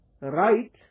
right